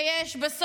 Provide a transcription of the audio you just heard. ובאמת,